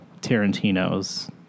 Tarantino's